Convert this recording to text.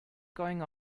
going